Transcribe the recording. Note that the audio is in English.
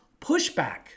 pushback